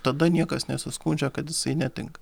tada niekas nesiskundžia kad jisai netinka